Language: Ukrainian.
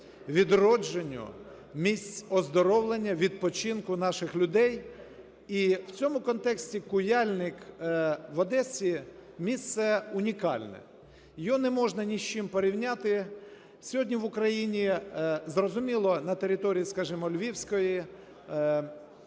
відродженню місць оздоровлення, відпочинку наших людей. І в цьому контексті Куяльник в Одесі - місце унікальне, його не можна ні з чим порівняти. Сьогодні в Україні, зрозуміло, на території, скажемо, Львівської,